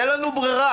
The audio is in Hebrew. אין לנו ברירה,